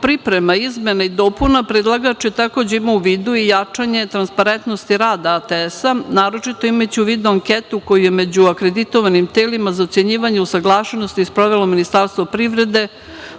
priprema izmena i dopuna predlagač je takođe imao u vidu i jačanje transparentnosti rada ATS, naročito, imajući u vidnom anketu koji je među akreditovanim telima za ocenjivanje usaglašenosti sprovelo Ministarstvo privrede